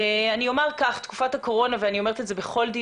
אמרנו בוועדה שבכל בית חולים